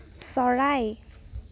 চৰাই